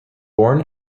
born